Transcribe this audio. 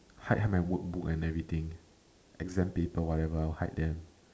hide my workbook and everything exam paper whatever I'll hide them